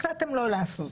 החלטתם לא לעשות.